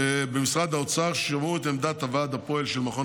במשרד האוצר שמעו את עמדת הוועד הפועל של מכון